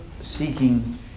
seeking